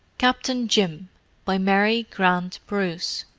captain jim by mary grant bruce